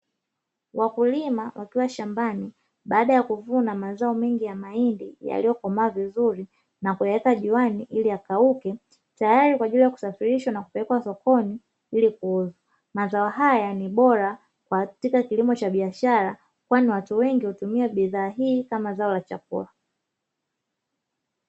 Wakulima wakiwa shambani baada ya kuvuna mazao mengi ya mahindi yaliyokomaa vizuri na kuyaweka juani ili yakauke, tayari kwa ajili ya kusafirishwa na kupelekwa sokoni ili kuuzwa. Mazao haya ni bora katika kilimo cha biashara, kwani watu wengi hutumia bidhaa hii kama zao la chakula.